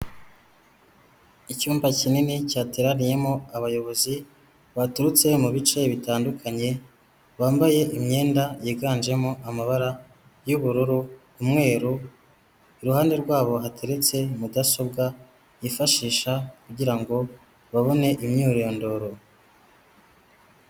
Icyumba kinini cyateraniyemo abayobozi baturutse mu bice bitandukanye, bambaye imyenda yiganjemo amabara y'ubururu, umweru iruhande rwabo hateretse mudasobwa bifashisha kugira ngo babone imyirondoro.